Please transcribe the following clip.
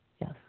yes